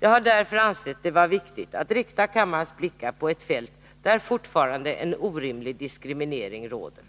Jag har därför ansett det vara viktigt att rikta kammarens blickar på ett fält där fortfarande en orimlig diskriminering råder.